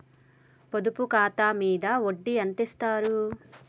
పొదుపు ఖాతా మీద వడ్డీ ఎంతిస్తరు?